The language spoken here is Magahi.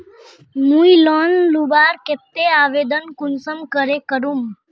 मुई लोन लुबार केते आवेदन कुंसम करे करूम?